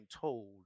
told